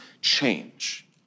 change